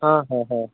হ্যাঁ হ্যাঁ হ্যাঁ